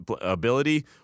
ability